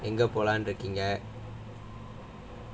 எங்க போலாம்னு இருக்கீங்க:enga polaamnu irukeenga